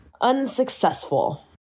Unsuccessful